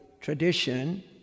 tradition